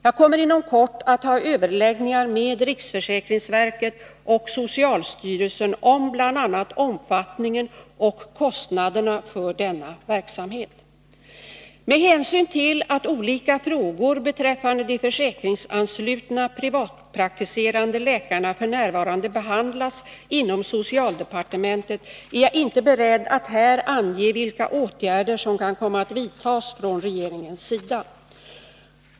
Jag kommer inom kort att ha överläggningar med riksförsäkringsverket och socialstyrelsen om bl.a. omfattningen och kostnaderna för denna verksamhet. Med hänsyn till att olika frågor beträffande de försäkringsanslutna privatpraktiserande läkarna f. n. behandlas inom socialdepartementet är jag inte beredd att här ange vilka åtgärder som kan komma att vidtas från regeringens sida.